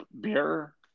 beer